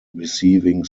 receiving